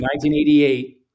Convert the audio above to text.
1988